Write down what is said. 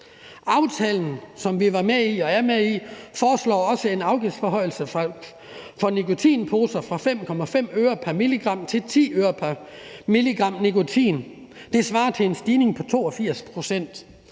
Aftalen, som vi var med i, og som vi er med i, foreslår også en afgiftsforhøjelse for nikotinposer fra 5,5 øre pr. milligram til 10 øre pr. milligram nikotin. Det svarer til en stigning på 82 pct.